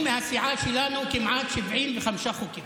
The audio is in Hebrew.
אני בדקתי, והועתקו מהסיעה שלנו כמעט 75 חוקים.